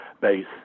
base